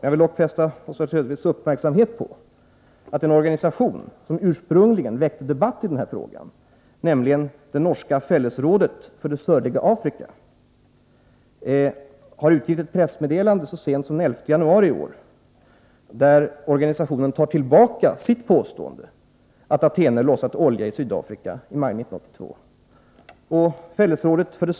Jag vill dock fästa Oswald Söderqvists uppmärksamhet på att den organisation som ursprungligen väckt debatten i den här frågan, nämligen det norska Fellesrådet för det sörlige Afrika, så sent som den 11 januari i år utgav ett pressmeddelande, där organisationen tar tillbaka sitt påstående att Athene lossat olja i Sydafrika i maj 1982.